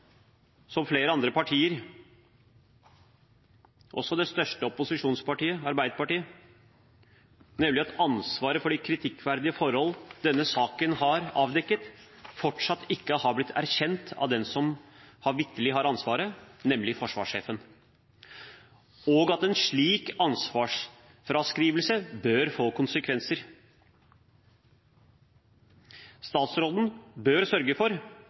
som flere andre partier – også det største opposisjonspartiet, Arbeiderpartiet – nemlig at ansvaret for de kritikkverdige forhold denne saken har avdekket, fortsatt ikke har blitt erkjent av den som vitterlig har ansvaret, nemlig forsvarssjefen, og at en slik ansvarsfraskrivelse bør få konsekvenser. Statsråden bør sørge for